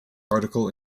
article